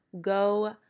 go